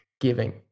giving